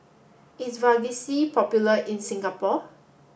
is Vagisil popular in Singapore